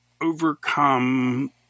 overcome